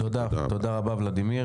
תודה, ולדימיר.